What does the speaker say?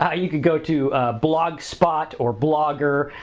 yeah you could go to blogspot or blogger,